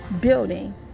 building